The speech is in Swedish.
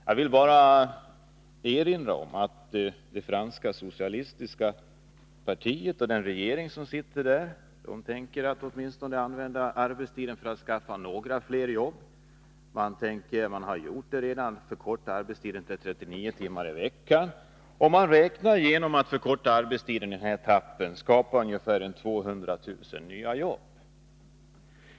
Jag vill bara erinra om att det franska socialistiska partiet och den regering som sitter i Frankrike har för avsikt att använda arbetstidsförkortning för att skaffa åtminstone några fler jobb. Man har redan förkortat arbetstiden till 39 timmar i veckan. Genom att förkorta arbetstiden räknar man med att skapa ca 200 000 nya jobb.